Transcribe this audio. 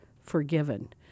forgiven